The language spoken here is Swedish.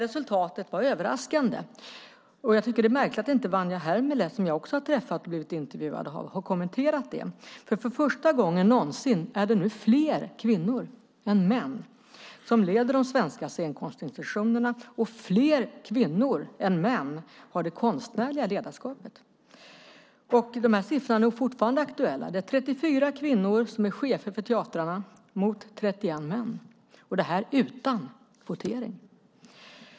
Resultatet var överraskande, och jag tycker att det är märkligt att Vanja Hermele, som även jag har träffat och blivit intervjuad av, inte har kommenterat detta. För första gången någonsin är det nämligen fler kvinnor än män som leder de svenska scenkonstinstitutionerna, och fler kvinnor än män har det konstnärliga ledarskapet. De här siffrorna är nog fortfarande aktuella. Det är 34 kvinnor som är chefer för teatrarna mot 31 män - detta utan kvotering.